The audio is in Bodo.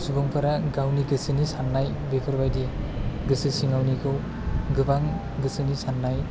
सुबुंफोरा गावनि गोसोनि साननाय बेफोरबायदि गोसो सिङावनिखौ गोबां गोसोनि साननाय